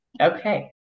Okay